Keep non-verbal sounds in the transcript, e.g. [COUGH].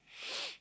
[NOISE]